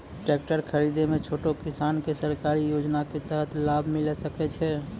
Tractor खरीदै मे छोटो किसान के सरकारी योजना के तहत लाभ मिलै सकै छै?